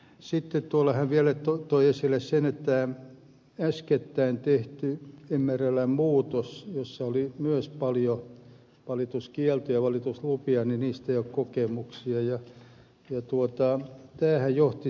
sitten hän vielä toi esille sen että äskettäin tehdystä mrln muutoksesta jossa oli myös paljon valituskieltoja ja valituslupia ei ole vielä kokemuksia